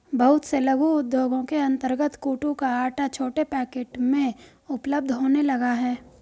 बहुत से लघु उद्योगों के अंतर्गत कूटू का आटा छोटे पैकेट में उपलब्ध होने लगा है